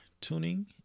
tuning